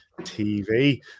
TV